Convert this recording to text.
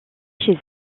chez